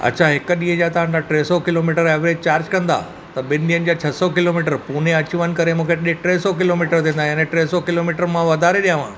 अच्छा हिकु ॾींहु जा तव्हां टे सौ किलोमीटरु एवरेज चार्ज कंदा त ॿिनि ॾींहंनि जा छह सौ किलोमीटरु पूने अच वञ करे मूंखे टे टे सौ किलोमीटरु यानी टे सौ किलोमीटरु मां वधारे ॾियांव